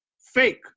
Fake